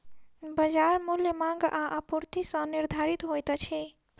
बजार मूल्य मांग आ आपूर्ति सॅ निर्धारित होइत अछि